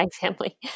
family